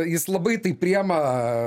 jis labai tai priima